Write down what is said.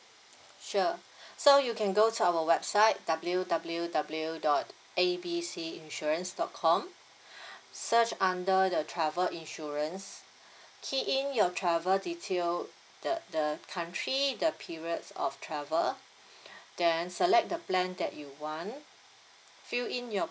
sure so you can go to our website W W W dot A B C insurance dot com search under the travel insurance key in your travel detail the the country the periods of travel then select the plan that you want fill in your